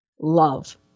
love